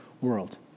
world